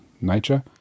nature